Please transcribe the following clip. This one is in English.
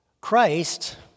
Christ